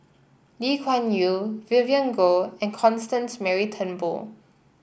Lee Kuan Yew Vivien Goh and Constance Mary Turnbull